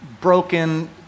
broken